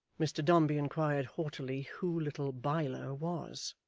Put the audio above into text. mr dombey inquired haughtily who little biler was.